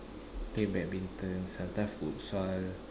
play badminton sometimes futsal